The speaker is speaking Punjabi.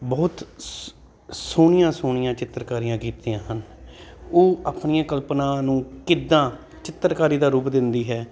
ਬਹੁਤ ਸ ਸੋਹਣੀਆਂ ਸੋਹਣੀਆਂ ਚਿੱਤਰਕਾਰੀਆਂ ਕੀਤੀਆਂ ਹਨ ਉਹ ਆਪਣੀਆਂ ਕਲਪਨਾ ਨੂੰ ਕਿੱਦਾਂ ਚਿੱਤਰਕਾਰੀ ਦਾ ਰੂਪ ਦਿੰਦੀ ਹੈ